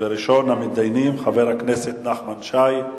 וראשון המתדיינים, חבר הכנסת נחמן שי.